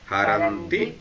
Haranti